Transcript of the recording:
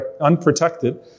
unprotected